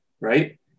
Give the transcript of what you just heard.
Right